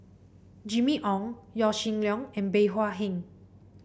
Jimmy Ong Yaw Shin Leong and Bey Hua Heng